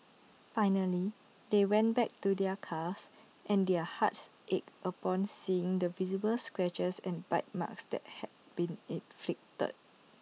finally they went back to their cars and their hearts ached upon seeing the visible scratches and bite marks that had been inflicted